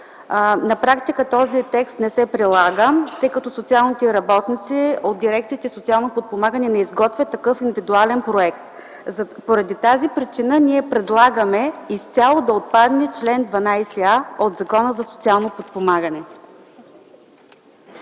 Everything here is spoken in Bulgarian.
На практика този текст не се прилага, тъй като социалните работници от дирекция „Социално подпомагане” не изготвят такъв индивидуален проект. Поради тази причина предлагаме изцяло да отпадне чл. 12а от Закона за социално подпомагане.